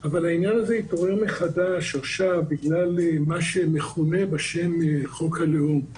אבל העניין הזה התעורר מחדש עכשיו בגלל מה שמכונה בשם "חוק הלאום",